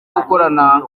gukorana